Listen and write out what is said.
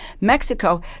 Mexico